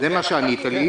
זה מה שענית לי.